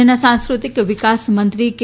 રાજ્યના સાંસ્કૃતિક વિકાસ મંત્રી કે